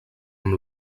amb